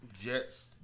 Jets